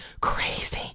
crazy